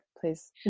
please